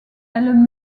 elle